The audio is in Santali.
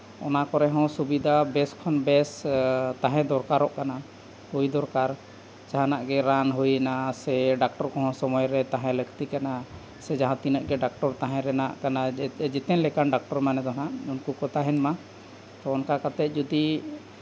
ᱚᱱᱟ ᱠᱚᱨᱮᱦᱚᱸ ᱥᱩᱵᱤᱫᱟ ᱵᱮᱥ ᱠᱷᱚᱱ ᱵᱮᱥ ᱛᱟᱦᱮᱸ ᱫᱚᱨᱠᱟᱨᱚᱜ ᱠᱟᱱᱟ ᱦᱩᱭ ᱫᱚᱨᱠᱟᱨ ᱡᱟᱦᱟᱱᱟᱜᱼᱜᱮ ᱨᱟᱱ ᱦᱩᱭᱱᱟ ᱥᱮ ᱰᱟᱠᱴᱚᱨ ᱠᱚᱦᱚᱸ ᱥᱚᱢᱚᱭ ᱨᱮ ᱛᱟᱦᱮᱸ ᱞᱟᱹᱠᱛᱤ ᱠᱟᱱᱟ ᱥᱮ ᱡᱟᱦᱟᱸᱛᱤᱱᱟᱹᱜ ᱜᱮ ᱰᱟᱠᱴᱚᱨ ᱛᱟᱦᱮᱸ ᱨᱮᱱᱟᱜ ᱠᱟᱱᱟ ᱡᱮᱛᱮ ᱞᱮᱠᱟᱱ ᱰᱟᱠᱴᱚᱨ ᱢᱟᱱᱮ ᱫᱚ ᱦᱟᱸᱜ ᱩᱱᱠᱩ ᱠᱚ ᱛᱟᱦᱮᱱ ᱢᱟ ᱛᱚ ᱚᱱᱠᱟ ᱠᱟᱛᱮᱫ ᱡᱩᱫᱤ